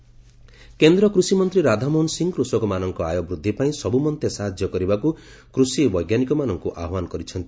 ରାଧାମୋହନ ମେଘାଳୟ କେନ୍ଦ୍ର କୃଷିମନ୍ତ୍ରୀ ରାଧାମୋହନ ସିଂ କୃଷକମାନଙ୍କ ଆୟ ବୃଦ୍ଧି ପାଇଁ ସବୁମନ୍ତେ ସାହାଯ୍ୟ କରିବାକୁ କୂଷି ବୈଜ୍ଞାନିକମାନଙ୍କୁ ଆହ୍ୱାନ ଜଣାଇଛନ୍ତି